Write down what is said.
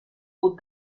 aux